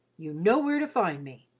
you know where to find me.